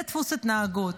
זה דפוס התנהגות.